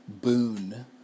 Boon